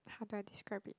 how do I describe it